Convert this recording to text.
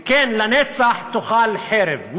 וכן, לנצח תאכל חרב.